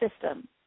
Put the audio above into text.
system